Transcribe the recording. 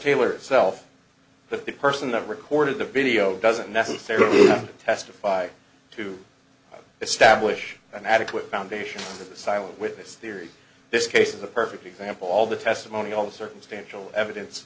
taylor itself that the person that recorded the video doesn't necessarily testify to establish an adequate foundation for the silent witness theory this case is a perfect example all the testimony all the circumstantial evidence